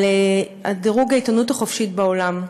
על דירוג העיתונות החופשית בעולם,